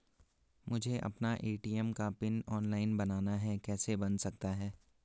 मुझे अपना ए.टी.एम का पिन ऑनलाइन बनाना है कैसे बन सकता है?